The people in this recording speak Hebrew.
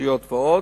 בתשתיות ועוד,